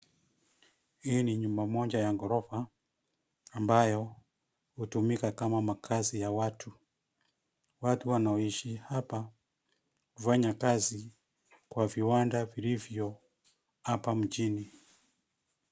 Hii ni nyumba moja ya ghorofa, ambayo hutumika kama makazi ya watu. Watu wanaoishi hapa, hufanya kazi kwa viwanda vilivyo apa mjini.